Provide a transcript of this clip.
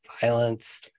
violence